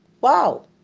Wow